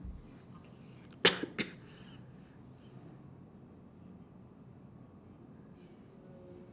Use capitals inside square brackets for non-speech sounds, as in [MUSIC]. [COUGHS]